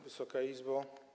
Wysoka Izbo!